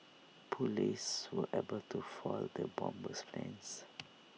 Police were able to foil the bomber's plans